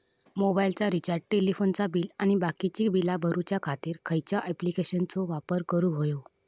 मोबाईलाचा रिचार्ज टेलिफोनाचा बिल आणि बाकीची बिला भरूच्या खातीर खयच्या ॲप्लिकेशनाचो वापर करूक होयो?